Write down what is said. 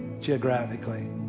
geographically